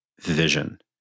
vision